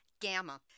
gamma